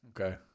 Okay